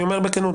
אני אומר בכנות,